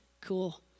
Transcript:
cool